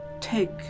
take